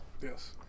yes